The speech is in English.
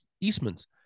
Eastman's